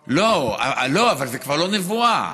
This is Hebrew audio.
לא, אבל זאת כבר לא נבואה.